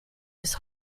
this